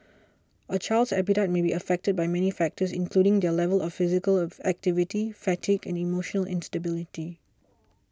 a child's appetite may be affected by many factors including their level of physical of activity fatigue and emotional instability